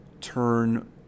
turn